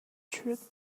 truth